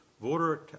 voter